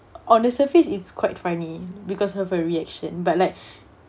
on the surface it's quite funny because of her reaction but like